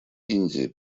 индии